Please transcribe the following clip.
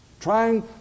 Trying